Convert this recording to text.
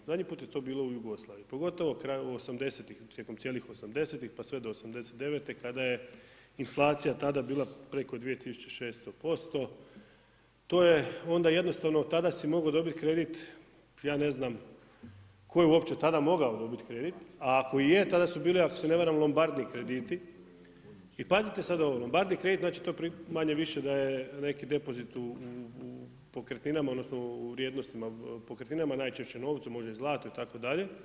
Zadnji put je to bilo u Jugoslaviji, pogotovo krajem 80.-tih, tijekom cijelih 80.-tih, pa sve do 89.-te kada je inflacija tada bila preko 2600%, to je onda jednostavno, tada si mogao dobit kredit, ja ne znam tko je uopće tada mogao dobit kredit, a ako i je, tada su bili, ako se ne varam, lombardni krediti i pazite sad ovo lombardni kredit, znači, to manje-više da je neki depozit u pokretninama odnosno u vrijednostima pokretninama, najčešće novcu, može i zlato itd.